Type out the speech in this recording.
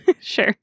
sure